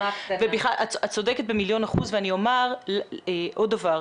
את צודקת במיליון אחוז, ואני אומר עוד דבר.